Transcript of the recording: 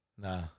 Nah